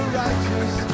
righteous